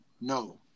No